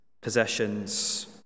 possessions